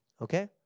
Okay